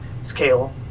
scale